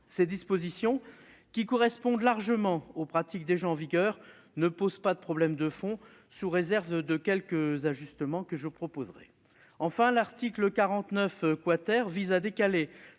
Ces dispositions, qui correspondent largement aux pratiques déjà en vigueur, ne posent pas de difficultés de fond, sous réserve de quelques ajustements que je proposerai. Enfin, l'article 49 vise à décaler